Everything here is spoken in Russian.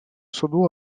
суду